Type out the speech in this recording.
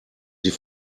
sie